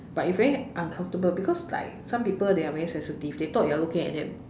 but it's very uncomfortable because like some people they are very sensitive they thought you're looking at them